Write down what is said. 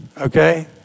okay